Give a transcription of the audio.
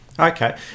Okay